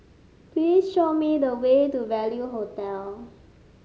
please show me the way to Value Hotel